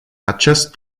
acest